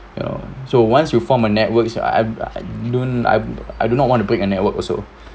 so once you form a network I I you don't I I do not want to break a network also